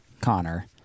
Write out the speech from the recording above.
Connor